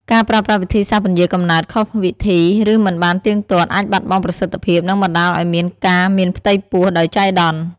ការប្រើប្រាស់វិធីសាស្ត្រពន្យារកំណើតខុសវិធី ឬមិនបានទៀងទាត់ អាចបាត់បង់ប្រសិទ្ធភាព និងបណ្តាលឲ្យមានការមានផ្ទៃពោះដោយចៃដន្យ។